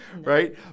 Right